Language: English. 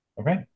Okay